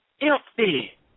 empty